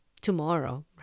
tomorrow